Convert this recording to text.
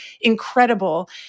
Incredible